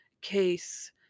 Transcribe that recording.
case